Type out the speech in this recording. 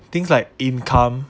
things like income